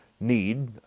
need